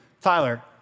Tyler